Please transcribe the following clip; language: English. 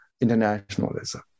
internationalism